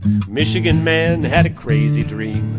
michigan man had a crazy dream.